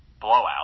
blowout